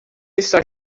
está